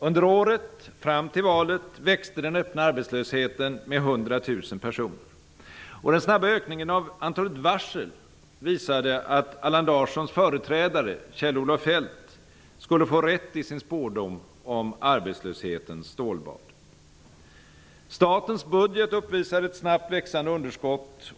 Under året fram till valet växte den öppna arbetslösheten med 100 000 personer, och den snabba ökningen av antalet varsel visade att Allan Larssons företrädare, Kjell-Olof Feldt, skulle få rätt i sin spådom om ''arbetslöshetens stålbad''. Statens budget uppvisade ett snabbt växande underskott.